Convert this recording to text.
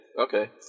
Okay